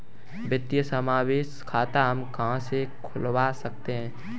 वित्तीय समावेशन खाता हम कहां से खुलवा सकते हैं?